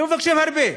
לא מבקשים הרבה.